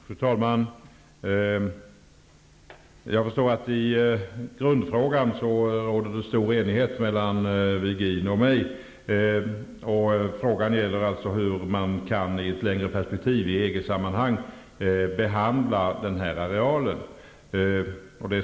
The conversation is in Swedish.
Fru talman! Jag förstår att i grundfrågan råder det stor enighet mellan Ivar Virgin och mig. Frågan gäller således hur man i ett längre perspektiv, i EG sammanhang, kan behandla den här arealen.